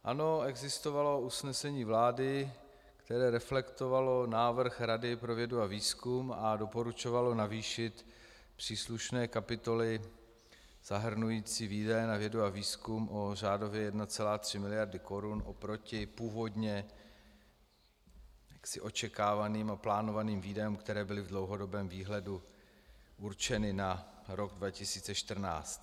Ano, existovalo usnesení vlády, které reflektovalo návrh Rady pro vědu a výzkum a doporučovalo navýšit příslušné kapitoly zahrnující výdaje na vědu a výzkum o řádově 1,3 miliardy korun oproti původně očekávaným a plánovaným výdajům, které byly v dlouhodobém výhledu určeny na rok 2014.